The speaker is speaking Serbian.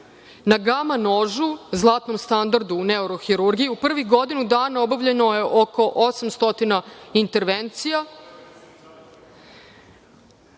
Na gama nožu zlatnom standardu u neurohirurgiji prvih godinu dana obavljeno je oko 800 intervencija.